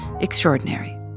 extraordinary